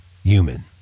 human